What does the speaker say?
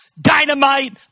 dynamite